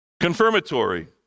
Confirmatory